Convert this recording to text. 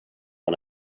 and